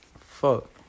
Fuck